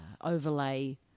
overlay